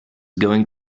going